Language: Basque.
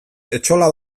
etxola